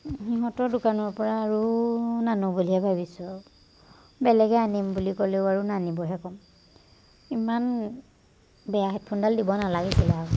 সিহঁতৰ দোকানৰপৰা আৰু নানো বুলিয়ে ভাবিছোঁ আৰু বেলেগে আনিব বুলি ক'লেও আৰু নানিবহে ক'ম ইমান বেয়া হেডফোনডাল দিব নালাগিছিলে আৰু